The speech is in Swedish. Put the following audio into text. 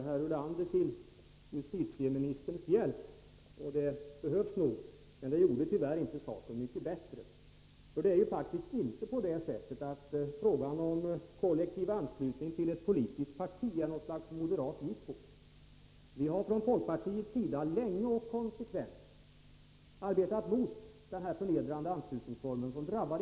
Herr talman! Jörgen Ullenhag säger att jag har gått till justitieministerns hjälp. Det är inte nödvändigt.